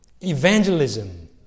evangelism